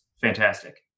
fantastic